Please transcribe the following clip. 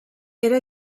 era